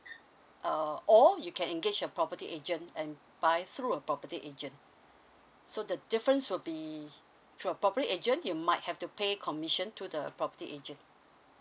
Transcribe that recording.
err or you can engage a property agent and buy through a property agent so the difference will be sure probably agent you might have to pay commission to the property agent